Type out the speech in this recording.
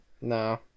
No